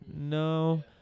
No